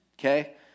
okay